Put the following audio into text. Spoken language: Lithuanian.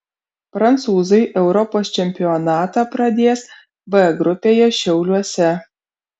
prancūzai europos čempionatą pradės b grupėje šiauliuose